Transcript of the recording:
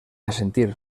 assentir